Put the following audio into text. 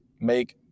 make